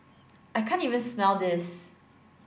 I can't even smell this